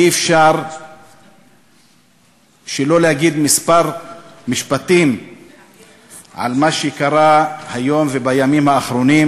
אי-אפשר שלא להגיד כמה משפטים על מה שקרה היום ובימים האחרונים,